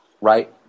right